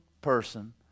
person